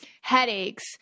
headaches